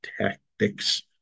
tactics